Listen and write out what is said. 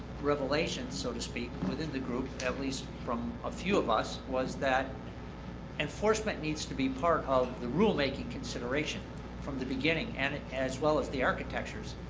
revelations, so to speak, within the group, at least from a few of us, was that enforcement needs to be part of the rulemaking consideration from the beginning, as well as the architectures,